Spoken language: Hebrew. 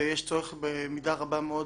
ויש צורך במידה רבה מאוד